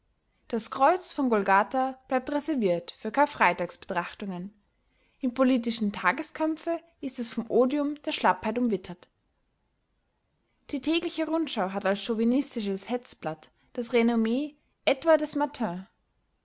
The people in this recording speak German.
das kreuz von golgatha bleibt reserviert für karfreitagsbetrachtungen im politischen tageskampfe ist es vom odium der schlappheit umwittert die tägliche rundschau hat als chauvinistisches hetzblatt das renommee etwa des